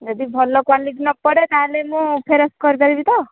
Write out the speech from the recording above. ଯଦି ଭଲ କ୍ଵାଲିଟି ନ ପଡ଼େ ତାହେଲେ ମୁଁ ଫେରସ୍ତ କରିପାରିବି ତ